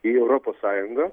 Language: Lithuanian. į europos sąjungą